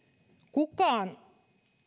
kukaan